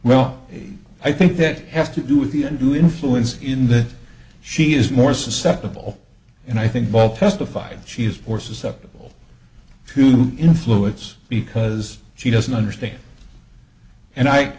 well i think that has to do with the undue influence in that she is more susceptible and i think both testified she is for susceptible to influence because she doesn't understand and i